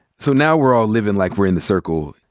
so now we're all livin' like we're in the circle.